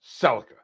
Celica